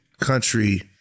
country